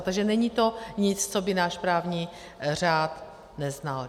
Takže není to nic, co by náš právní řád neznal.